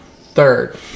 third